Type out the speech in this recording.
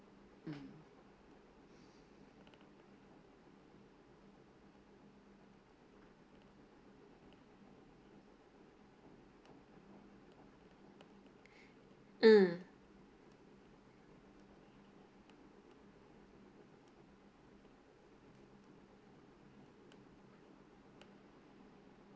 mm mm